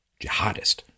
jihadist